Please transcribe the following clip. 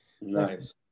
Nice